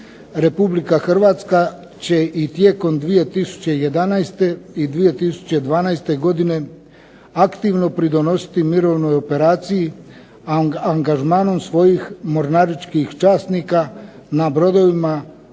Republika Hrvatska će i tijekom 2011. i 2012. godine aktivno pridonositi mirovnoj operaciji angažmanom svojih mornaričkih časnika na brodovima